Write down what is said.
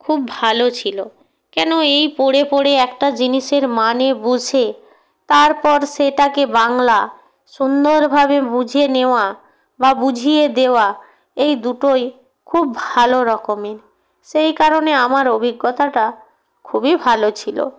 খুব ভালো ছিলো কেন এই পড়ে পড়ে একটা জিনিসের মানে বুঝে তারপর সেটাকে বাংলা সুন্দরভাবে বুঝে নেওয়া বা বুঝিয়ে দেওয়া এই দুটোই খুব ভালো রকমের সেই কারণে আমার অভিজ্ঞতাটা খুবই ভালো ছিলো